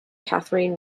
kathryn